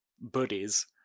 Buddies